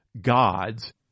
gods